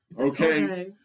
okay